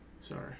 Sorry